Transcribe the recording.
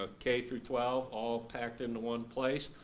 ah k through twelve all packed into one place.